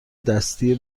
دستی